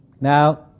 Now